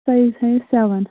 size ہٲیِو seven